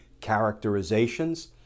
characterizations